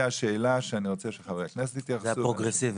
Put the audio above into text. השאלה שאני רוצה שחברי הכנסת יתייחסו אליה.